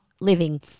living